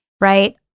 right